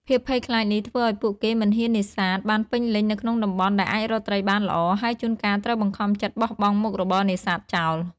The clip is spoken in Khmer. ភាពភ័យខ្លាចនេះធ្វើឱ្យពួកគេមិនហ៊ាននេសាទបានពេញលេញនៅក្នុងតំបន់ដែលអាចរកត្រីបានល្អ ហើយជួនកាលត្រូវបង្ខំចិត្តបោះបង់មុខរបរនេសាទចោល។